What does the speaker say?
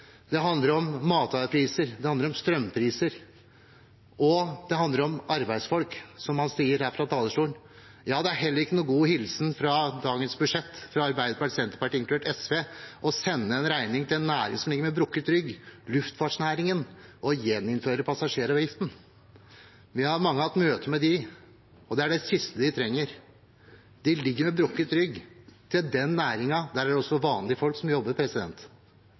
det. Det handler om matvarepriser, det handler om strømpriser, og det handler om arbeidsfolk, som man sier her fra talerstolen. Det er heller ikke noen god hilsen Arbeiderpartiet og Senterpartiet inkludert SV sender næringen som ligger med brukket rygg, luftfartsnæringen, når de i dagens budsjett gjeninnfører passasjeravgiften. Vi er mange som har hatt møter med dem, og dette er det siste de trenger. De ligger med brukket rygg. I den næringen er det meg bekjent også vanlige folk som jobber.